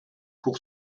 pour